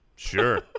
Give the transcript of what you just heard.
Sure